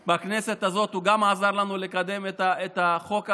ובכנסת הזאת הוא גם עזר לנו לקדם את החוק הזה.